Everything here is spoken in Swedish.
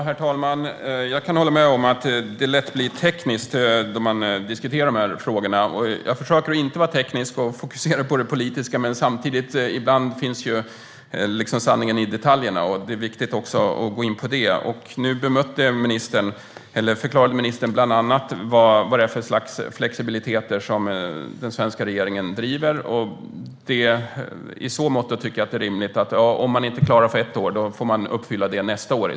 Herr talman! Jag kan hålla med om att det lätt blir tekniskt då man diskuterar de här frågorna. Jag försöker att inte vara teknisk utan fokusera på det politiska. Men ibland finns sanningen i detaljerna, och det är viktigt att också gå in på det. Nu förklarade ministern bland annat vad det är för slags flexibiliteter som den svenska regeringen driver. Jag tycker att det är rimligt att det man inte klarar det ena året får man uppfylla nästa.